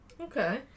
Okay